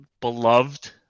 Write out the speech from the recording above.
beloved